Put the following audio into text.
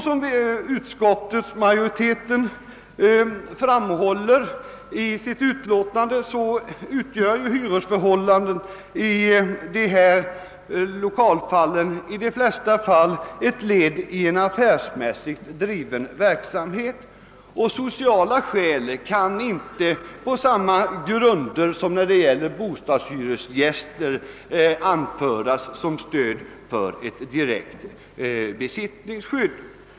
Såsom utskottsmajoriteten framhåller i utlåtandet utgör hyresförhållanden beträffande lokaler i allmänhet ett led i en affärsmässigt driven verksamhet och sociala skäl kan inte, på samma sätt som när det gäller bostadshyresgäster, anföras som stöd för ett direkt besittningsskydd.